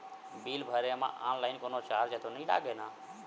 Bill भरे मा online कोनो चार्ज तो नई लागे ना?